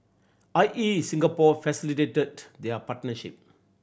I E Singapore facilitated their partnership